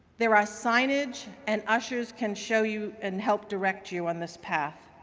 there are signage and ushers can show you and help direct you on this path.